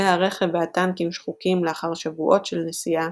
כלי הרכב והטנקים שחוקים לאחר שבועות של נסיעה,